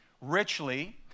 Richly